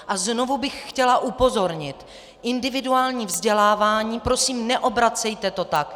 A znovu bych chtěla upozornit: individuální vzdělávání prosím, neobracejte to tak.